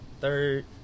Third